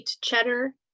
cheddar